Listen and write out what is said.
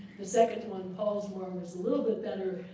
the second one, pollsmoor, um is a little bit better.